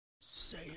Say